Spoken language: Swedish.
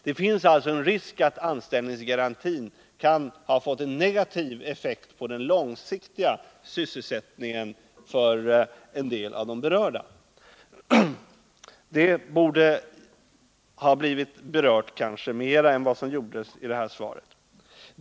Det finns alltså en risk för att anställningsgarantin kan ha fått en negativ effekt på den långsiktiga sysselsättningen för en del av de berörda. Det borde kanske ha behandlats mer i interpellationssvaret.